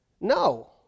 No